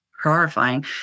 horrifying